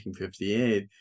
1958